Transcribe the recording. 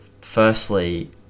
firstly